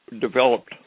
developed